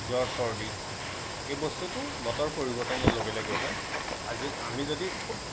জ্বৰ চৰ্দি এই বস্তুটো বতৰৰ পৰিৱৰ্তনৰ লগে লগে হয় আজি আমি যদি খুব